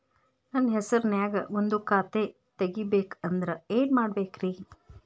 ನನ್ನ ಹೆಸರನ್ಯಾಗ ಒಂದು ಖಾತೆ ತೆಗಿಬೇಕ ಅಂದ್ರ ಏನ್ ಮಾಡಬೇಕ್ರಿ?